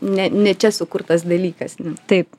ne ne čia sukurtas dalykas m taip